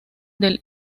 del